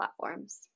platforms